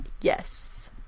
yes